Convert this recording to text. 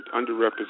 underrepresented